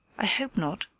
i hope not,